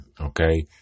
Okay